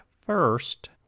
first